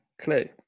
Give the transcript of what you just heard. clue